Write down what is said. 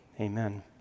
Amen